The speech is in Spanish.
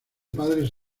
padres